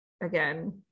again